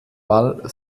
wall